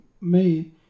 made